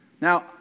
Now